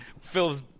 Phil's